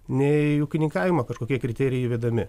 nei ūkininkavimo kažkokie kriterijai įvedami